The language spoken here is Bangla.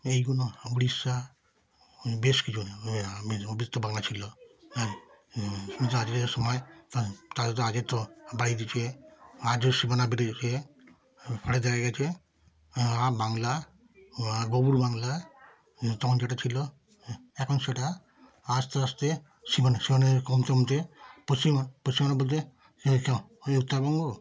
এগুলো উড়িষ্যা বেশ কিছু বাংলা ছিল হ্যাঁ কিন্তু আজকের সময় তার তার তো আজকে তো বাড়িয়ে দিয়েছে আজ যে সীমানা বেড়ে গিয়েছে দেখা গিয়েছে গ্রাম বাংলা আর ওপার বাংলা তখন যেটা ছিল এখন সেটা আস্তে আস্তে সীমানা সীমানা কমতে কমতে পশ্চিম পশ্চিম বাংলা বলতে ওই তো ওই উত্তরবঙ্গ